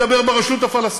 להתגרש.